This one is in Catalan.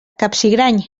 capsigrany